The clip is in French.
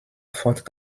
forte